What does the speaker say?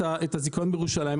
את הזיכיון בירושלים,